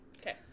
Okay